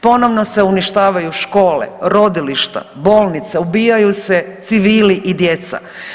Ponovno se uništavaju škole, rodilišta, bolnice, ubijaju se civili i djeca.